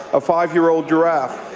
a five-year old giraffe.